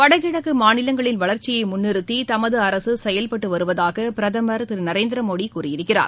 வடகிழக்கு மாநிலங்களின் வளர்ச்சியை முன்நிறுத்தி தமது அரசு செயல்பட்டு வருவதாக பிரதமர் திரு நரேந்திர மோடி கூறியிருக்கிறார்